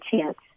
chance